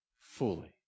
fully